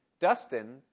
Dustin